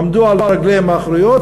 עמדו על רגליהן האחוריות,